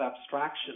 abstraction